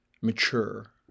mature